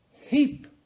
heap